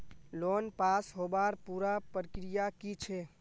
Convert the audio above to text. Loan pass होबार पुरा प्रक्रिया की छे?